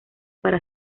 para